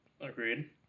Agreed